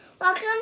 Welcome